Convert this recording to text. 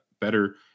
better